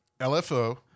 LFO